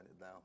now